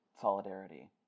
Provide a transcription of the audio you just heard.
solidarity